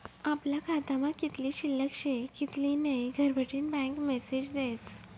आपला खातामा कित्ली शिल्लक शे कित्ली नै घरबठीन बँक मेसेज देस